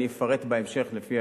אני אפרט בהמשך לפי